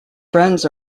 friends